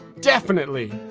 definitely.